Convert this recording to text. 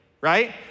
right